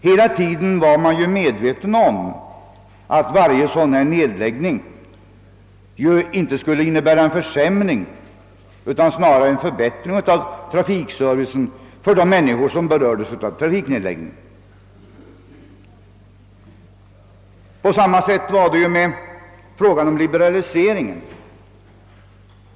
Hela tiden var man medveten om att ingen nedläggning fick innebära en försämring utan snarare skulle medföra en förbättring av trafikservicen för de människor som berördes av nedläggningen. På samma sätt var det med frågan om liberaliseringen.